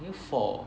I think four